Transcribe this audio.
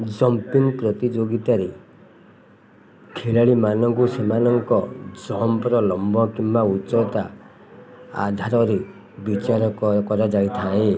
jumping ପ୍ରତିଯୋଗିତାରେ ଖେଳାଳୀ ମାନଙ୍କୁ ସେମାନଙ୍କ ଜମ୍ପ୍ର ଲମ୍ବ କିମ୍ବା ଉଚ୍ଚତା ଆଧାରରେ ବିଚାର କର କରାଯାଇଥାଏ